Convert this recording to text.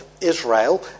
Israel